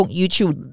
YouTube